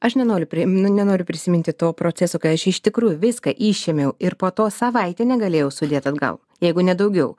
aš nenoriu priimt nu nenoriu prisiminti to proceso kai aš iš tikrųjų viską išėmiau ir po to savaitę negalėjau sudėt atgal jeigu ne daugiau